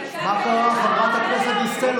מה קרה, חברת הכנסת דיסטל?